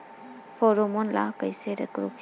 Pheromone ला कइसे रोकही?